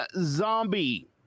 zombie